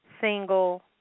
single